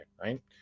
right